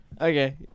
Okay